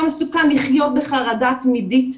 לחיות בחרדה תמידית,